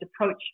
approach